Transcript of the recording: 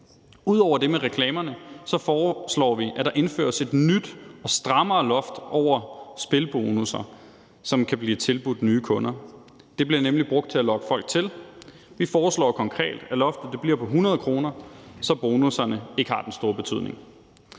Ud over det med reklamerne foreslår vi, at der indføres et nyt og strammere loft over spilbonusser, som kan blive tilbudt nye kunder. Det bliver nemlig brugt til at lokke folk til. Vi foreslår konkret, at loftet bliver på 100 kr., så bonusserne ikke har den store betydning.